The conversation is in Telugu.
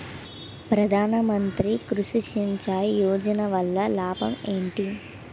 ప్రధాన మంత్రి కృషి సించాయి యోజన వల్ల లాభం ఏంటి?